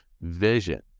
vision